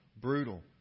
brutal